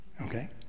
okay